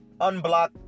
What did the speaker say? unblock